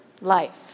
life